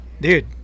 Dude